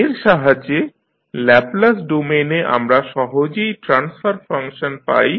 এর সাহায্যে ল্যাপলাস ডোমেইনে আমরা সহজেই ট্রান্সফার ফাংশন পাই